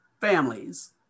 families